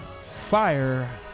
Fire